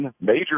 major